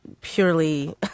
purely